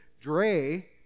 Dre